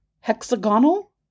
hexagonal